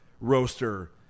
roaster